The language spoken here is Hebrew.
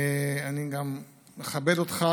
אני גם מכבד אותך,